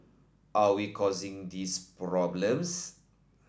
are we causing these problems